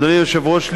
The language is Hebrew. אדוני היושב-ראש,